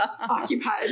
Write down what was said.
occupied